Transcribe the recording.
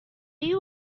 you